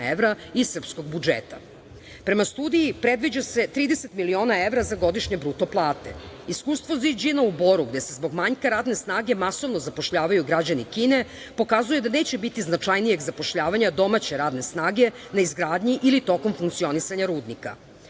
evra iz srpskog budžeta. Prema studiji predviđa se 30 miliona evra za godišnje bruto plate. Iskustvo "Ziđina" u Boru gde se zbog manjka radne snage masovno zapošljavaju građani Kine, pokazuje da neće biti značajnijeg zapošljavanja domaće radne snage na izgradnji ili tokom funkcionisanja rudnika. Što